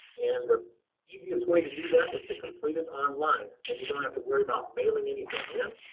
and the easiest way to do that is to complete it online. then you don't have to worry about mailing anything in.